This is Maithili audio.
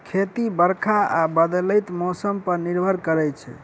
खेती बरखा आ बदलैत मौसम पर निर्भर करै छै